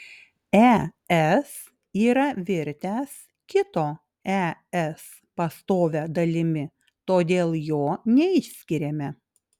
es yra virtęs kito es pastovia dalimi todėl jo neišskiriame